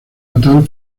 natal